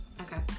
okay